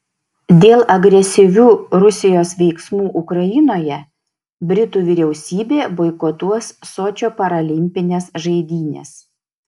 dėl agresyvių rusijos veiksmų ukrainoje britų vyriausybė boikotuos sočio paralimpines žaidynes